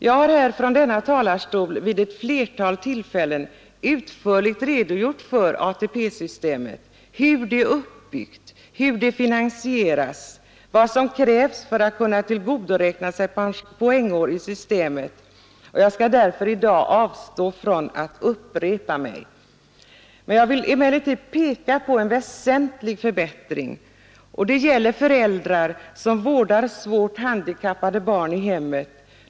Jag har från denna talarstol vid ett flertal tillfällen utförligt redogjort för ATP-systemet — hur det är uppbyggt, hur det finansieras, vad som krävs för att man skall kunna tillgodoräkna sig poängår i systemet — och jag skall därför i dag avstå från att upprepa mig. Jag vill emellertid peka på en väsentlig förbättring, och den gäller föräldrar som vårdar svårt handikappade barn i hemmet.